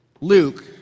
Luke